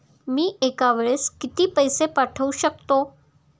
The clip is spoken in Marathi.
मी एका वेळेस किती पैसे पाठवू शकतो?